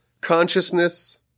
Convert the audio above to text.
consciousness